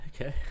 okay